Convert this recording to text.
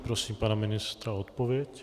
Prosím pana ministra o odpověď.